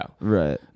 Right